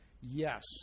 Yes